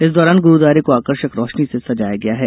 इस दौरान ग्रुद्वारे को आकर्षक रोशनी से ं सजाया गया है